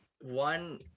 one